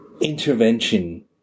intervention